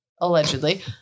allegedly